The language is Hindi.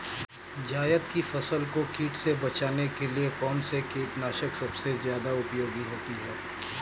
जायद की फसल को कीट से बचाने के लिए कौन से कीटनाशक सबसे ज्यादा उपयोगी होती है?